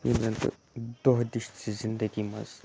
یِم زَن بہٕ دۄہ دِش چہِ زِندَگی مَنٛز